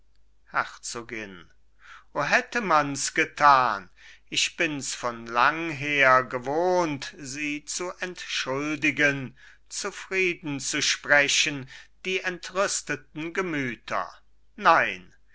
herzogin o hätte mans getan ich bins von lang her gewohnt sie zu entschuldigen zufrieden zu sprechen die entrüsteten gemüter nein